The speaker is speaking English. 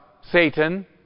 Satan